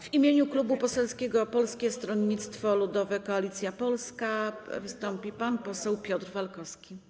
W imieniu Klubu Parlamentarnego Polskie Stronnictwo Ludowe - Koalicja Polska wystąpi pan poseł Piotr Walkowski.